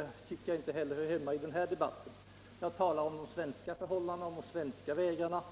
2 tycker inte att det hör bermatj denna debatt. Jngrtalar Tisdagen den om Svenska örhållanden och om de svenska vägrarna.